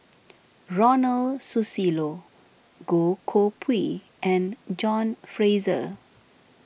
Ronald Susilo Goh Koh Pui and John Fraser